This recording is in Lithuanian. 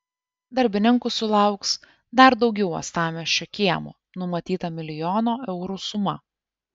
darbininkų sulauks dar daugiau uostamiesčio kiemų numatyta milijono eurų suma